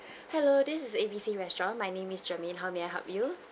hello this is ABC restaurant my name is jermaine how may I help you